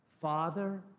Father